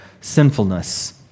sinfulness